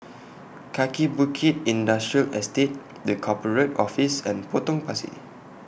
Kaki Bukit Industrial Estate The Corporate Office and Potong Pasir